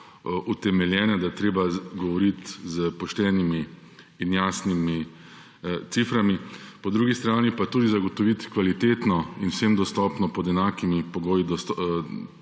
utemeljeni, da je treba govoriti s poštenimi in jasnimi ciframi, po drugi strani pa tudi zagotoviti kvalitetno in pod enakimi